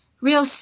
Real